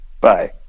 bye